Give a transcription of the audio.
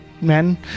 men